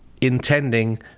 intending